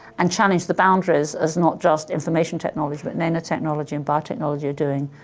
and challenged the boundaries as not just information technology but nanotechnology and biotechnology are doing.